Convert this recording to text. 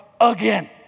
again